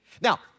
Now